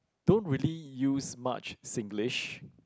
don't really use much Singlish